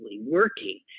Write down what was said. working